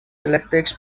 elèctrics